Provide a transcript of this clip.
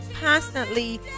constantly